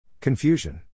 Confusion